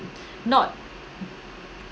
not